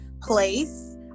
place